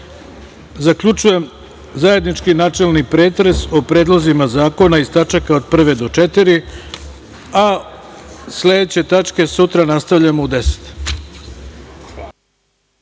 časova. Zaključujem zajednički načelni pretres o predlozima zakona iz tačaka od 1. do 4.Sledeće tačke sutra nastavljamo u 10